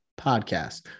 podcast